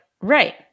Right